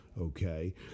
okay